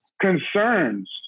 concerns